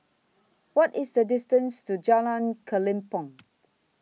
What IS The distance to Jalan Kelempong